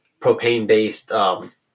propane-based